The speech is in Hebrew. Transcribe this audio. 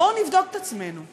בואו נבדוק את עצמנו.